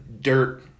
dirt